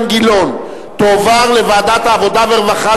גילאון תועבר לוועדת העבודה והרווחה,